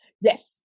Yes